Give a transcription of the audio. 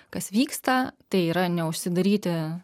kas vyksta tai yra neužsidaryti